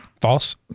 False